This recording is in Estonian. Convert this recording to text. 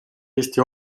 eesti